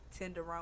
tenderoni